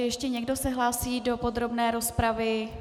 Ještě někdo se hlásí do podrobné rozpravy?